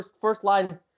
first-line